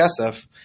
kesef